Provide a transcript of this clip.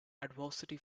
adversity